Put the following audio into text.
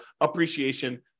appreciation